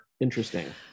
interesting